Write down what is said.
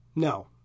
No